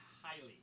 highly